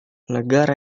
negara